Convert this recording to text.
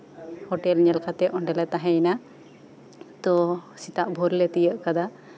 hotel ᱧᱮᱞ ᱠᱟᱛᱮᱜ ᱚᱱᱰᱮᱞᱮ ᱛᱟᱸᱦᱮᱭᱮᱱᱟ ᱛᱳ ᱥᱮᱛᱟᱜ ᱵᱷᱳᱨᱞᱮ ᱛᱤᱭᱳᱜ ᱠᱟᱫᱟ